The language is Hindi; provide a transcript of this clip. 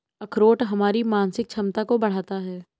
अखरोट हमारी मानसिक क्षमता को बढ़ाता है